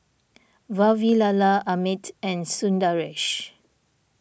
Vavilala Amit and Sundaresh